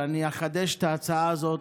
ואחדש את ההצעה הזאת,